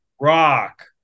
rock